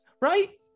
Right